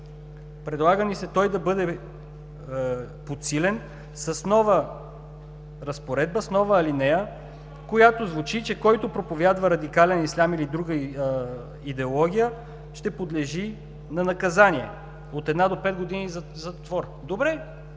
Предлага ни се той да бъде подсилен с нова разпоредба, с нова алинея, която звучи, че който проповядва радикален ислям или друга идеология, ще подлежи на наказание от една до пет години затвор. Добре.